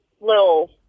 little